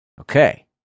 Okay